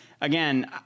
again